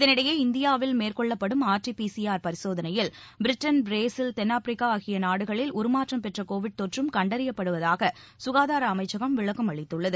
இதனிடையே இந்தியாவில் மேற்கொள்ளப்படும் ஆர்டி பிசிஆர் பரிசோதனையில் பிரிட்டன் பிரேசில் தென் ஆப்பிரிக்கா ஆகிய நாடுகளில் உருமாற்றம் பெற்ற கோவிட் தொற்றும் கண்டறியப்படுவதாக ககாதார அமைச்சகம் விளக்கம் அளித்துள்ளது